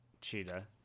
cheetah